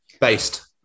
based